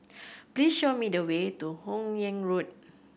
please show me the way to Hun Yeang Road